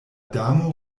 damo